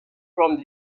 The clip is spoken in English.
from